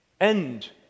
end